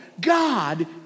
God